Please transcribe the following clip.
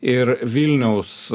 ir vilniaus